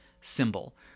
symbol